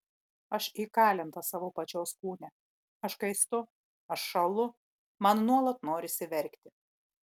aš įkalinta savo pačios kūne aš kaistu aš šąlu man nuolat norisi verkti